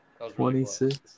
26